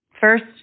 First